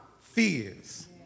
fears